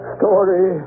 Story